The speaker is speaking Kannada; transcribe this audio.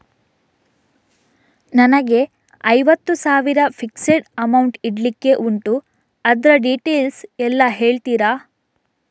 ನನಗೆ ಐವತ್ತು ಸಾವಿರ ಫಿಕ್ಸೆಡ್ ಅಮೌಂಟ್ ಇಡ್ಲಿಕ್ಕೆ ಉಂಟು ಅದ್ರ ಡೀಟೇಲ್ಸ್ ಎಲ್ಲಾ ಹೇಳ್ತೀರಾ?